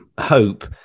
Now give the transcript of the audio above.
hope